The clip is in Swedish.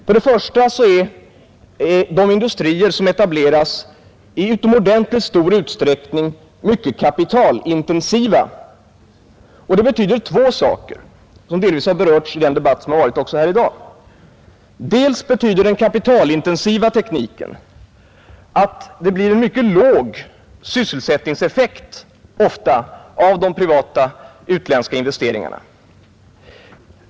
För det första är de industrier som etableras i utomordentligt stor utsträckning mycket kapitalintensiva, och det betyder två saker, som delvis också har berörts i den debatt som förts här i dag. Den kapitalintensiva tekniken betyder att de privata utländska investeringarna ofta får låg sysselsättningseffekt.